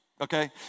okay